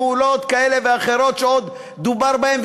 פעולות כאלה ואחרות שדובר בהן,